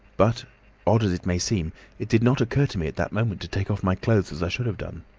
but odd as it may seem it did not occur to me at the moment to take off my clothes as i should have done.